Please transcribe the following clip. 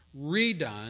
redone